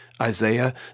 Isaiah